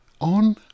on